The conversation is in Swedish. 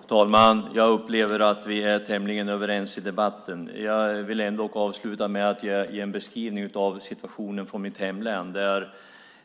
Fru talman! Jag upplever att vi är tämligen överens i debatten. Jag vill ändå avsluta med att göra en beskrivning av situationen i mitt hemlän med